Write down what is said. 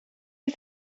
you